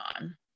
on